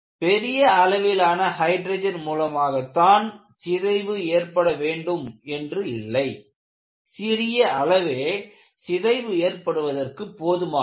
பெரிய அளவிலான ஹைட்ரஜன் மூலமாகத்தான் சிதைவு ஏற்பட வேண்டும் என்று இல்லை சிறிய அளவே சிதைவு ஏற்படுவதற்கு போதுமானது